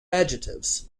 adjectives